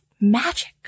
magic